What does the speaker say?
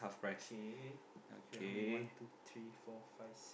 k k how many one two three four five six